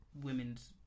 women's